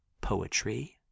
poetry